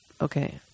okay